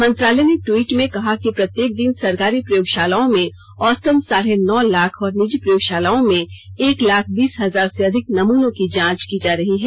मंत्रालय ने ट्वीट में कहा कि प्रत्येक दिन सरकारी प्रयोगशालाओं में औसतन साढ़े नौ लाख और निजी प्रयोगशालाओं में एक लाख बीस हजार से अधिक नमनों की जांच की जा रही है